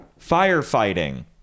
Firefighting